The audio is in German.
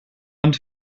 und